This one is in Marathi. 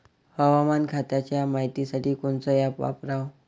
हवामान खात्याच्या मायतीसाठी कोनचं ॲप वापराव?